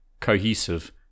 cohesive